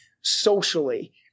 socially